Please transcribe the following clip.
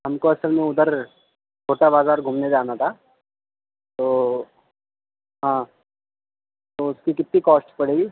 ہم کو اصل میں ادھر چھوٹا بازار گھومنے جانا تھا تو ہاں تو اس کی کتنی کاسٹ پڑے گی